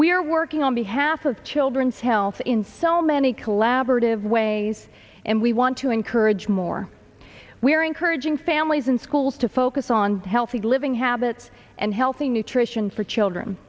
are working on behalf of children's health in so many collaborative ways and we want to encourage more we are encouraging families in schools to focus on healthy living habits and healthy nutrition for children